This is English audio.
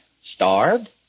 Starved